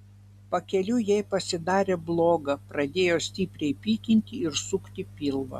pakeliui jai pasidarė bloga pradėjo stipriai pykinti ir sukti pilvą